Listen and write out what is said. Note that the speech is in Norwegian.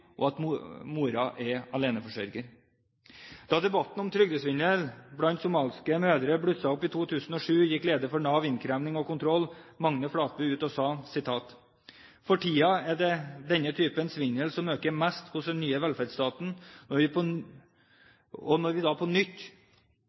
og at moren er aleneforsørger. Da debatten om trygdesvindel blant somaliske mødre blusset opp i 2007, gikk lederen for Nav kontroll og innkreving, Magne Fladby, ut og sa: «For tiden er det denne typen svindel som øker mest hos den nye velferdsstaten.» Når vi da på